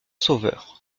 sauveur